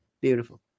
Beautiful